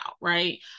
right